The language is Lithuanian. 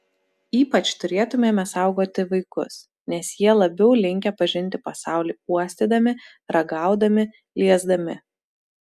ypač turėtumėme saugoti vaikus nes jie labiau linkę pažinti pasaulį uostydami ragaudami liesdami